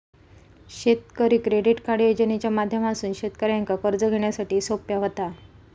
शेतकरी credit card योजनेच्या माध्यमातसून शेतकऱ्यांका कर्ज घेण्यासाठी सोप्या व्हता